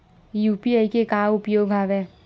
UPI के का उपयोग हवय?